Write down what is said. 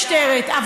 משטרת מחיאות כפיים?